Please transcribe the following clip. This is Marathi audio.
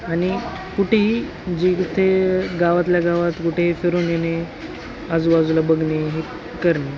आणि कुठेही जी जिथे गावातल्या गावात कुठे फिरून येणे आजूबाजूला बघणे हे करणे